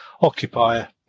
occupier